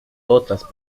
otras